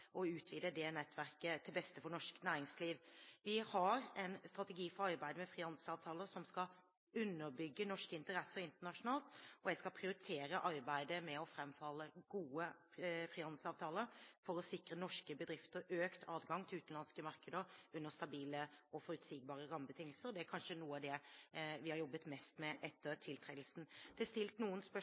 utvide det nettverket til beste for norsk næringsliv. Vi har en strategi for arbeidet med frihandelsavtaler som skal underbygge norske interesser internasjonalt, og jeg skal prioritere arbeidet med å framforhandle gode frihandelsavtaler for å sikre norske bedrifter økt adgang til utenlandske markeder under stabile og forutsigbare rammebetingelser. Det er kanskje noe av det vi har jobbet mest med etter tiltredelsen. Det ble stilt noen spørsmål.